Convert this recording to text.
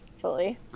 fully